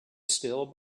still